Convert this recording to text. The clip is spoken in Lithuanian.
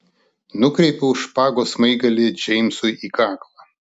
nukreipiau špagos smaigalį džeimsui į kaklą